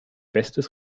bestes